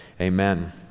Amen